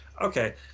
Okay